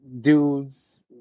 dudes